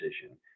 decision